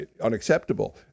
unacceptable